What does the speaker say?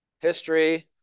history